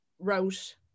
wrote